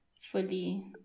fully